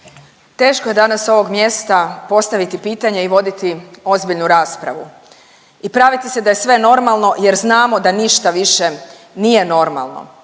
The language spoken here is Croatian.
Teško je danas s ovog mjesta postaviti pitanje i voditi ozbiljnu raspravu i praviti se da je sve normalno jer znamo da ništa više nije normalno.